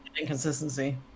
inconsistency